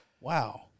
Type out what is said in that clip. Wow